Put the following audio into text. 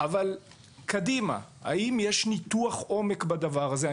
אבל קדימה האם יש ניתוח עומק בדבר הזה?